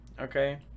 okay